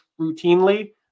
routinely